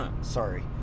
Sorry